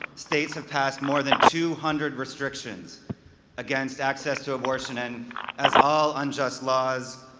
states have passed more than two hundred restrictions against access to abortion and as all unjust laws,